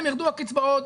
יירדו הקצבאות,